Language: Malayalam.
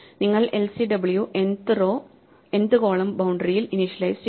നിങ്ങൾ lcw n ത് റോ n ത് കോളം ബൌണ്ടറിയിൽ ഇനിഷ്യലൈസ് ചെയ്യുന്നു